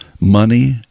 Money